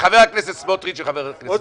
חבר הכנסת סמוטריץ' וחבר הכנסת איתן --- סמוטריץ',